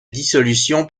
dissolution